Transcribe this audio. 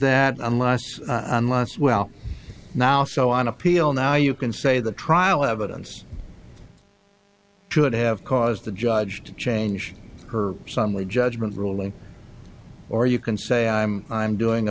that unless unless well now so on appeal now you can say the trial evidence should have caused the judge to change her son lee judgment ruling or you can say i'm i'm doing